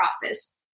process